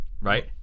right